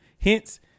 Hence